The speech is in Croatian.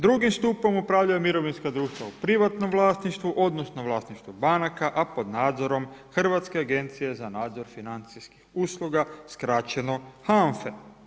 Drugim stupom upravljaju mirovinska društva u privatnom vlasništvu odnosno vlasništvu banaka, a pod nadzorom Hrvatske agencije za nadzor financijskih usluga skraćeno HANFA-e.